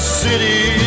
city